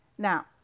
Now